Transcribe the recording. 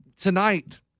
tonight